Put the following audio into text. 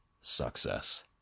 success